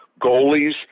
goalies